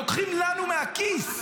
לוקחים לנו מהכיס,